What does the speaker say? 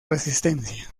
resistencia